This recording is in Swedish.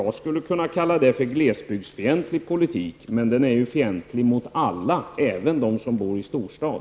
Jag skulle kunna kalla det för glesbygds fientlig politik, men den är ju fientlig mot alla, även mot dem som bor i storstad.